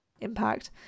impact